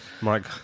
Mike